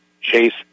Chase